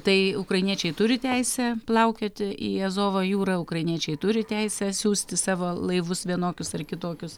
tai ukrainiečiai turi teisę plaukioti į azovo jūrą ukrainiečiai turi teisę siųsti savo laivus vienokius ar kitokius